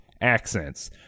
accents